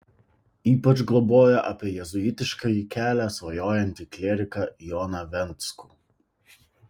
ypač globoja apie jėzuitiškąjį kelią svajojantį klieriką joną venckų